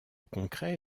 concret